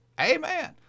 Amen